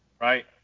Right